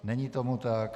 Není tomu tak.